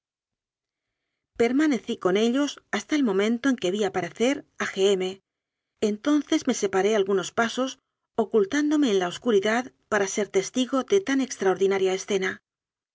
permanecí con ellos hasta el momento en que vi aparecer a g m entonces me separé algu nos pasos ocultándome en la obscuridad para ser testigo de tan extraordinaria escena